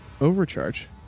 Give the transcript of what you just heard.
overcharge